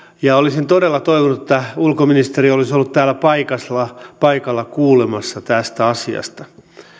ja olisin todella toivonut että ulkoministeri olisi ollut täällä paikalla kuulemassa tästä asiasta